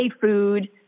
food